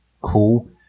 cool